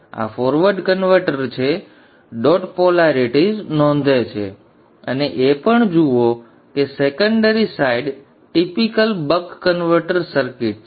આ forward converter છે dot polarities dot polarities નોંધે છે અને એ પણ જુઓ કે secondary side typical buck converter circuit છે